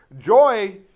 Joy